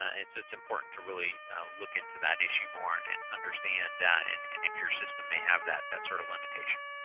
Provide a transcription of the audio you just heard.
and so it's important to really look into that issue more and and understand that and and if your system may have that that sort of limitation.